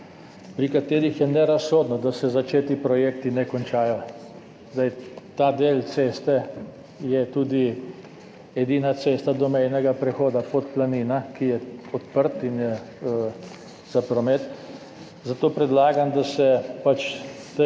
pri katerih je nerazsodno, da se začeti projekti ne končajo. Ta del ceste je tudi edina cesta do mejnega prehoda Podplanina, ki je odprt za promet. Zato predlagam, da se pač ta